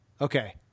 Okay